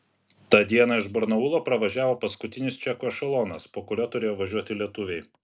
tą dieną iš barnaulo pravažiavo paskutinis čekų ešelonas po kurio turėjo važiuoti lietuviai